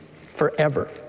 Forever